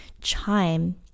chime